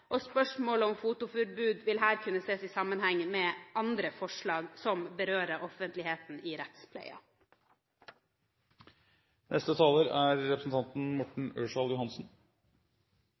og spørsmålet om fotoforbud vil her kunne ses i sammenheng med andre forslag som berører offentligheten i rettspleien. Denne saken har to viktige sider. Det ene er